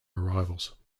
arrivals